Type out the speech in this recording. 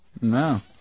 No